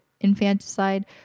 infanticide